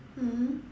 mmhmm